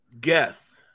guess